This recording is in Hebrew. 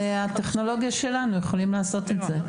הטכנולוגיה שלנו יכולה לעשות את זה.